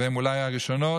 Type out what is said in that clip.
והן אולי הראשונות,